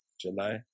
july